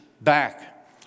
back